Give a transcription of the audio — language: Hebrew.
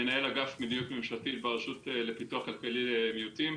מנהל אגף מדיניות ממשלתית ברשות לפיתוח כלכלי למיעוטים.